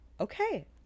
Okay